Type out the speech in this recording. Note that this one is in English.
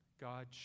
God